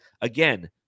again